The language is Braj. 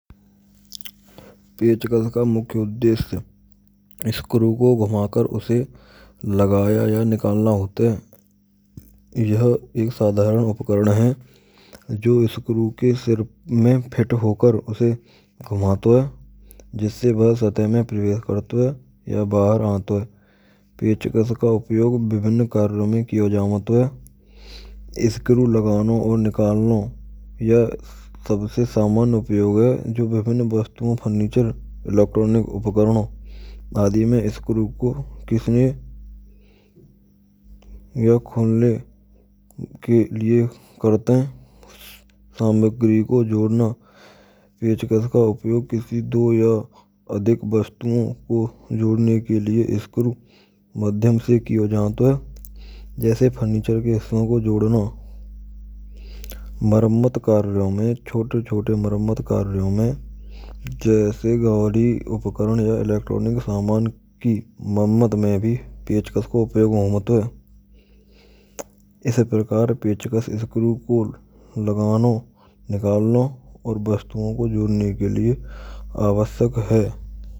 Peckhkas ka mukhya udeshya screw ko ghumakr usee lgana ya ghumana hoat hay. Yah ek sadharaan upakaran hai. Jo screw ke sirph mein phit hokar use ghumato hay. Jisee vah sataah mein pravesh karato hay ya bahaar aato hay. Pechkas ka upyog vibhnn karyon maiin kiyo javat hay. Screw lagaano aur nikalno yhah sbse saman upyog hai. Jo vibhinn vaastuon pharneechar, electronic upakarano aadee mein screw ko kisane hai. Yah kholne ke liye krte hay. Samagree ko jodana. Pechkas ka upaayog kisee do ya do ko jodane ke lie screw ko maadhyam se juda jaot hay. Jaise pharneechar ke hisse ko jodno. Marammat karyo mai chhote-chhote marammat karyo mein jaise gadi upakaran ya electronic saamaan kee madhya mai bhi pechkas ka upyog hoat hay. Is prakar pechkas screw upkaran ko lgano, nikalno aur vastuo ko jodne ke liye avashyak hay.